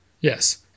Yes